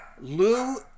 Lou